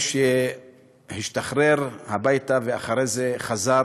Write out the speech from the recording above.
או שהשתחרר הביתה ואחרי זה חזר